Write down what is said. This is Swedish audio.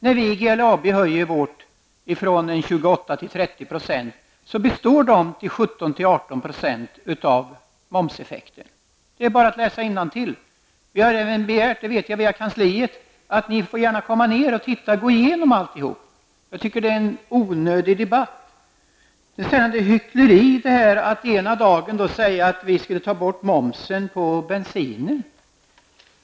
När vi i GLAB höjer priserna från 28 % till 30 %, består dessa höjningar till 17--18 % av momseffekten. Det är bara att läsa innantill. Ni får gärna komma ner och gå igenom alltihop. Jag tycker att denna debatt är onödig. Åsbrink sade att det är hyckleri att ena dagen säga att momsen skall tas bort på bensin.